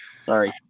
Sorry